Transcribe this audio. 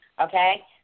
Okay